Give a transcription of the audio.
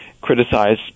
criticize